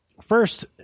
first